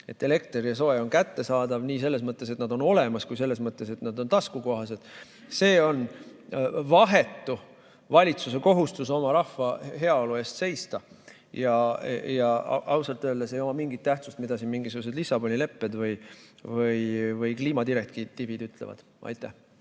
et elekter ja soe on kättesaadav, nii selles mõttes, et nad on olemas, kui ka selles mõttes, et nad on taskukohased. See on vahetu valitsuse kohustus oma rahva heaolu eest seista. Ja ausalt öeldes ei oma mingit tähtsust, mida siin mingisugused Lissaboni lepped või kliimadirektiivid ütlevad. Jürgen